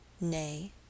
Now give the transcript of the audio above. Nay